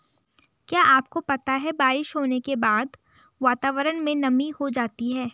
क्या आपको पता है बारिश होने के बाद वातावरण में नमी हो जाती है?